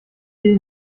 geh